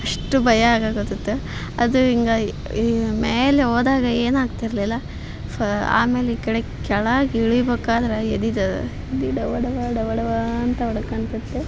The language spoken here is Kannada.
ಅಷ್ಟು ಭಯ ಆಗಕತೈತ ಅದು ಹಿಂಗಾಗಿ ಮ್ಯಾಲೆ ಹೋದಾಗ ಏನಾಗ್ತಿರಲಿಲ್ಲ ಸ್ ಆಮೇಲೆ ಈ ಕಡೆ ಕೆಳಾಗ ಇಳಿಬೇಕಾದರೆ ಎದಿತದ ಎದೆ ಡವ ಡವ ಡವ ಡವ ಅಂತ ಹೊಡ್ಕಂತೈತೆ